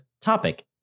topic